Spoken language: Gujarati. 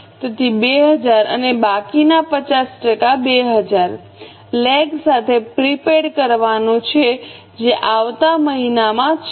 તેથી 2000 અને બાકીના 50 ટકા 2000 લેગ સાથે પ્રિપેઇડ કરવાનું છે જે આવતા મહિનામાં છે